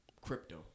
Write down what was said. crypto